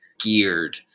geared